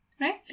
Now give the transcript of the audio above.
right